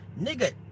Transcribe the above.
Nigga